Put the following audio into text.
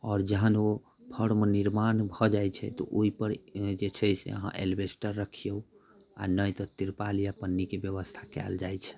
आओर जहन ओ फर्म निर्माण भऽ जाइ छै तऽ ओइपर जे छै से अहाँ एलबेस्टर रखियौ आओर नहि तऽ तिरपाल या पन्नीके व्यवस्था कयल जाइ छै